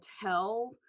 tell